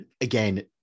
again